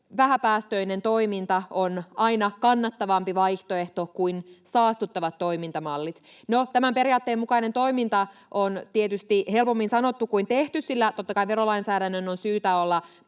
vähäpäästöinen toiminta on aina kannattavampi vaihtoehto kuin saastuttavat toimintamallit. No, tämän periaatteen mukainen toiminta on tietysti helpommin sanottu kuin tehty, sillä totta kai verolainsäädännön on syytä olla